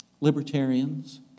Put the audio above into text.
Libertarians